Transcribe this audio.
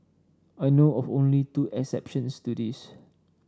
I know of only two exceptions to this